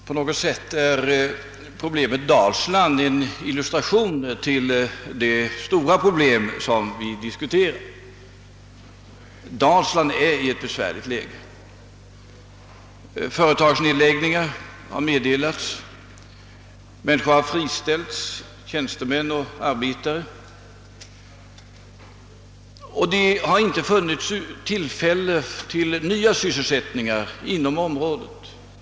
Herr talman! Problemet Dalsland är en illustration till det stora problem som vi diskuterar, Dalsland befinner sig i ett svårt läge. Företagsnedläggningar har meddelats, tjänstemän och arbetare har friställts och det har inte funnits tillfälle till nya sysselsättningar inom området.